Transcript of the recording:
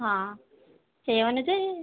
ହଁ ସେହି ଅନୁଯାୟୀ